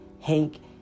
Hank